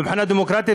מבחינה דמוקרטית,